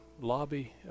lobby